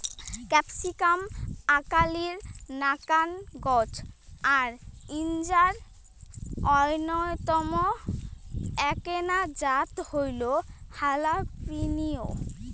capsicum আকালির নাকান গছ আর ইঞার অইন্যতম এ্যাকনা জাত হইল হালাপিনিও